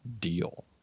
deal